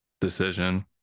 decision